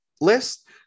list